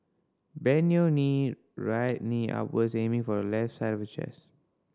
bend your knee right knee upwards aiming for the left side of your chest